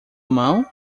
mão